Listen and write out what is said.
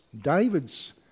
David's